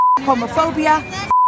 homophobia